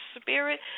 spirit